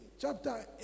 Chapter